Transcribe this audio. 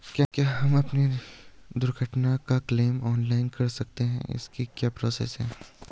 क्या हम अपनी दुर्घटना का क्लेम ऑनलाइन कर सकते हैं इसकी क्या प्रोसेस है?